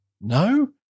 No